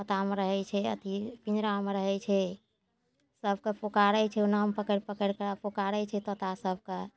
तोतामे रहै छै अथी पिँजरामे रहै छै सभके पुकारै छै ओ नाम पकड़ि पकड़िके पुकारै छै तोता सभके